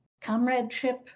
comradeship